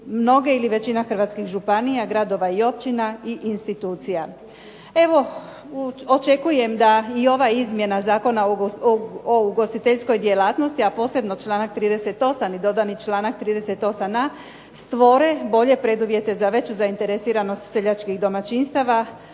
mnoge ili većina hrvatskih županija, gradova i općina i institucija. Evo očekujem da i ova izmjena Zakona o ugostiteljskoj djelatnosti, a posebno članak 38. i dodani članak 38.a stvore bolje preduvjete za veću zainteresiranost seljačkih domaćinstava,